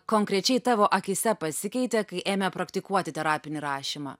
konkrečiai tavo akyse pasikeitė kai ėmė praktikuoti terapinį rašymą